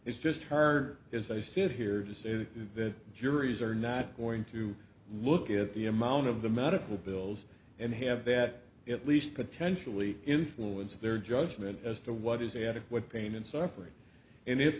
it's just her is i sit here to say that juries are not going to look at the amount of the medical bills and have that at least potentially influence their judgment as to what is adequate pain and suffering and i